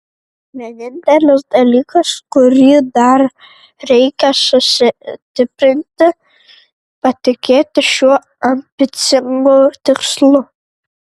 vienintelis dalykas kurį dar reikia sustiprinti patikėti šiuo ambicingu tikslu